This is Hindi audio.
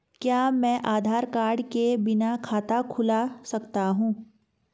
क्या मैं आधार कार्ड के बिना खाता खुला सकता हूं?